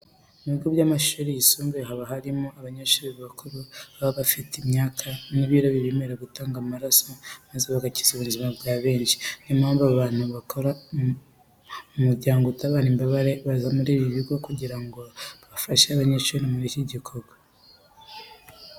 Mu bigo by'amashuri yisumbuye haba harimo abanyeshuri bakuru baba bafite imyaka n'ibiro bibemerera gutanga amaraso maze bagakiza ubuzima bwa benshi. Ni yo mpamvu abantu bakora mu muryango utabara imbabare baza muri ibi bigo kugira ngo bafashe abanyeshuri muri iki gikorwa.